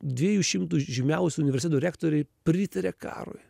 dviejų šimtų žymiausių universitetų rektoriai pritaria karui